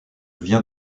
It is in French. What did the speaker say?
viens